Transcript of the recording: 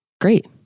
great